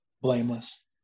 blameless